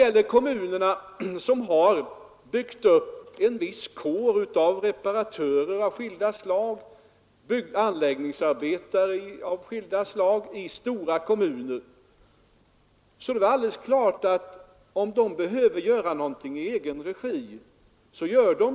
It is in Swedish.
Stora kommuner har byggt upp en viss kår av reparatörer och anläggningsarbetare av skilda slag som naturligtvis utför erforderliga arbeten i egen regi.